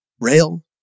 rail